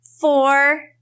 Four